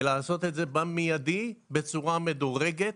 ולעשות את זה במיידי בצורה מדורגת.